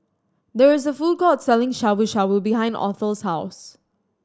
there is a food court selling Shabu Shabu behind Othel's house